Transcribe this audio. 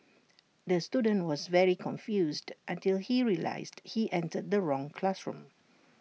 the student was very confused until he realised he entered the wrong classroom